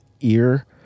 ear